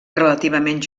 relativament